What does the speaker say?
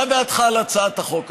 מה דעתך על הצעת החוק הזאת?